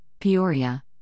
Peoria